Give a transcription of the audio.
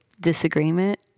disagreement